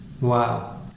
Wow